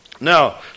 Now